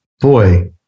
boy